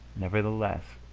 nevertheless,